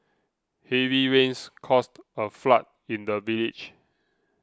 heavy rains caused a flood in the village